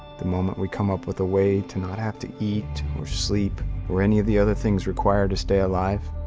the moment we come up with a way to not have to eat, or sleep or any of the other things required to stay alive.